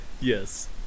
Yes